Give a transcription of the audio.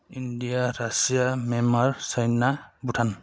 India Russia Myanmar China Bhutan